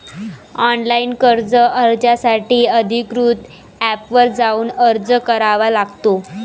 online कर्ज अर्जासाठी अधिकृत एपवर जाऊन अर्ज करावा लागतो